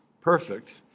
perfect